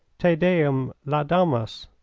te deum laudamus.